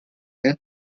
and